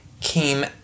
came